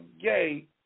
gay